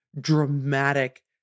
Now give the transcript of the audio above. dramatic